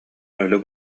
өлө